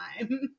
time